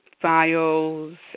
files